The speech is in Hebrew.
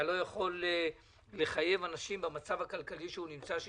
אתה לא יכול לחייב אנשים במצב הכלכלי שהם נמצאים בו,